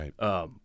Right